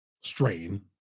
strain